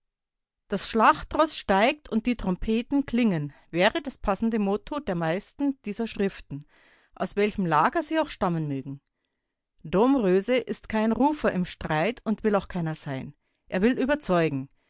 das schlachtroß steigt und die trompeten klingen wäre das passende motto der meisten dieser schriften aus welchem lager sie auch stammen mögen domröse ist kein rufer im streit und will auch keiner sein er will überzeugen